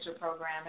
program